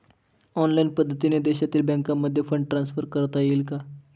Online पद्धतीने देशातील बँकांमध्ये फंड ट्रान्सफर करता येईल का?